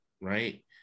right